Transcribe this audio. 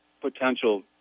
potential